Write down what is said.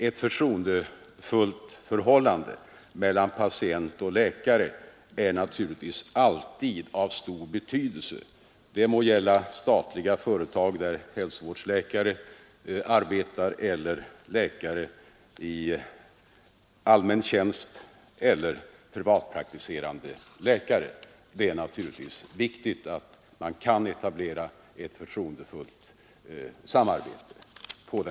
Ett förtroendefullt förhållande mellan patient och läkare är alltid av stor betydelse; det må gälla företagsläkare vid statliga eller privata företag, läkare i allmän tjänst eller privatpraktiserande läkare. Det är alltid viktigt att man kan etablera ett förtroendefullt samarbete.